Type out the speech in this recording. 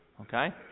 okay